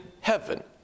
heaven